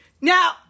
Now